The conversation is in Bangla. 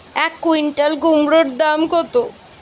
এক কুইন্টাল কুমোড় দাম কত?